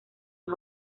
los